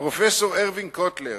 הפרופסור ארווין קוטלר,